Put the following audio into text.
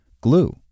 Glue